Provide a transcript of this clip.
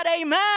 amen